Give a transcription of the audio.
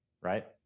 Right